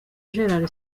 gerard